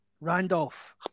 Randolph